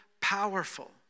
powerful